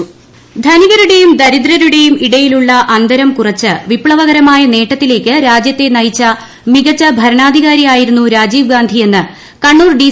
സതീശൻ പാച്ചേനി കണ്ണൂർ ധനികരുടെയും ദ ദരിദ്രരുടെയും ഇടയിലുള്ള അന്തരം കുറച്ച് വിപ്തവകരമായ നേട്ടത്തിലേക്ക് രാജ്യത്തെ നയിച്ച മികച്ച ഭരണാധികാരിയായിരുന്നു രാജീവ് ഗാന്ധി എന്ന് കണ്ണൂർ ഡി